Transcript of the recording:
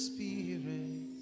Spirit